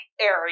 area